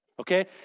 Okay